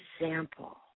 example